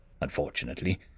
Unfortunately